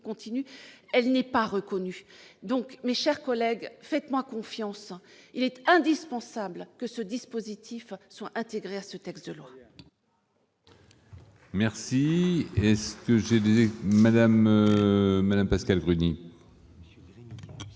continue, sa demande n'est pas reconnue. Mes chers collègues, faites-moi confiance : il est indispensable que ce dispositif soit intégré dans ce projet de loi.